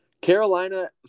Carolina